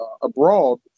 abroad